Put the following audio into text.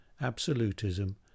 absolutism